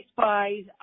Spies